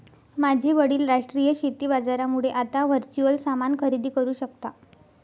माझे वडील राष्ट्रीय शेती बाजारामुळे आता वर्च्युअल सामान खरेदी करू शकता